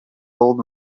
old